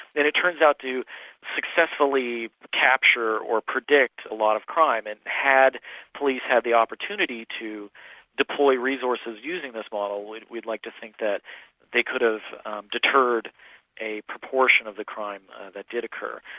it it turns out to successfully capture or predict a lot of crime and had police had the opportunity to deploy resources using this model, we'd we'd like to think that they could have deterred a proportion of the crime that did occur.